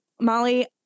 molly